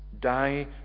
die